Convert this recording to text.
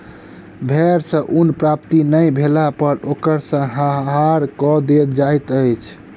भेड़ सॅ ऊन प्राप्ति नै भेला पर ओकर संहार कअ देल जाइत अछि